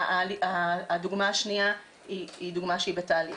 והדוגמא השנייה היא דוגמא שהיא בתהליך.